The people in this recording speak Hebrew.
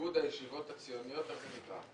איגוד הישיבות הציוניות ה- -- הגבוהות.